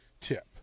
tip